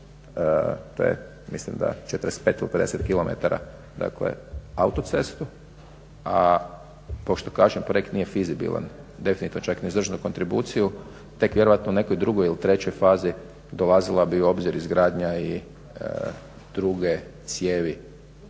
do tunela mislim da je 45 ili 50km autocestu, a pošto kažem projekt nije fizibilan definitivno čak ni … kontribuciju tek vjerojatno u nekoj drugoj ili trećoj fazi dolazila bi u obzir izgradnja i druge cijevi